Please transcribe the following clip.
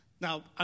Now